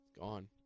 Gone